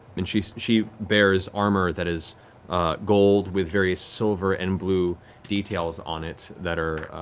and she she bears armor that is gold with various silver and blue details on it that are